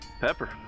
Pepper